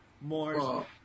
more